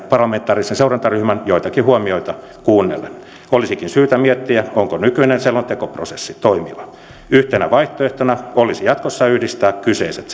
parlamentaarisen seurantaryhmän joitakin huomioita kuunnellen olisikin syytä miettiä onko nykyinen selontekoprosessi toimiva yhtenä vaihtoehtona olisi jatkossa yhdistää kyseiset